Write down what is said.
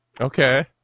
Okay